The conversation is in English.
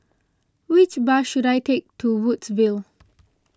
which bus should I take to Woodsville